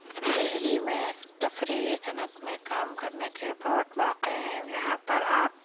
دہلی میں تفریحی صنعت میں کام کرنے کے بہت موقعے ہیں یہاں پرآپ